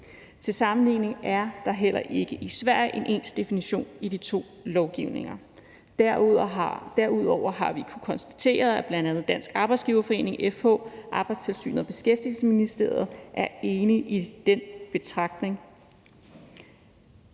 Til sammenligning er der heller ikke i Sverige en ens definition i de to lovgivninger. Derudover har vi kunnet konstatere, at bl.a. Dansk Arbejdsgiverforening, FH, Arbejdstilsynet og Beskæftigelsesministeriet er enige i den betragtning.